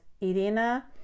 Irina